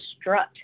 strut